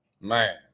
Man